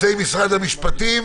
משרד המשפטים.